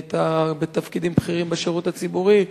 היתה בתפקידים בכירים בשירות הציבורי,